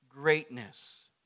greatness